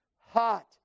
hot